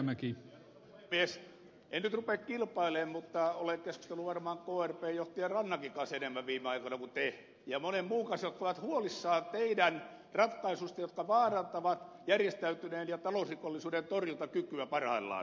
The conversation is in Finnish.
en nyt rupea kilpailemaan mutta olen keskustellut varmaan krpn johtaja rannankin kanssa enemmän viime aikoina kuin te ja monen muun kanssa jotka ovat huolissaan teidän ratkaisuistanne jotka vaarantavat järjestäytyneen ja talousrikollisuuden torjuntakykyä parhaillaan